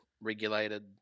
regulated